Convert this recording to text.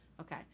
Okay